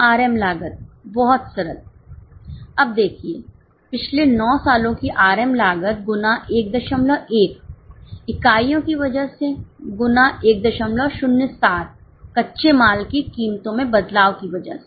RM लागत बहुत सरल अब देखिए पिछले 9 सालों की आरएम लागत गुना 11 इकाइयों की वजह से गुना 107 कच्चे माल की कीमतों में बदलाव की वजह से